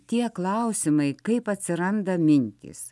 tie klausimai kaip atsiranda mintys